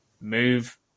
move